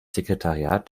sekretariat